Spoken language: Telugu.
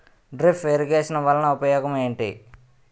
డ్రిప్ ఇరిగేషన్ వలన ఉపయోగం ఏంటి